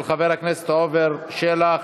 של חברי הכנסת עפר שלח,